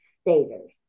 staters